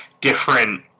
different